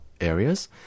areas